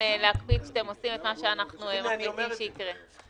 להקפיד שאתם עושים את מה שאנחנו מחליטים שיקרה.